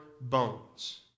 bones